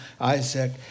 Isaac